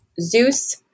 Zeus